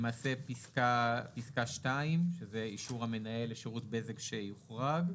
למעשה פסקה 2, שזה אישור המנהל לשירות בזק שיוחרג.